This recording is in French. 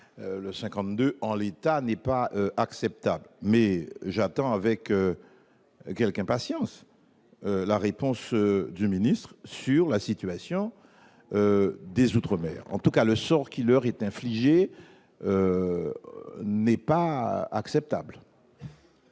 en l'état. Cependant, j'attends avec impatience la réponse du ministre sur la situation des outre-mer. En tout cas, le sort qui leur est infligé n'est pas acceptable